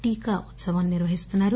టీకా ఉత్సవం నిర్వహిస్తున్నారు